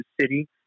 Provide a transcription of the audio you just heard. city